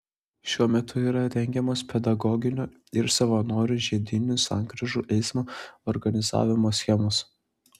šiuo metu yra rengiamos pedagoginio ir savanorių žiedinių sankryžų eismo organizavimo schemos